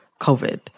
COVID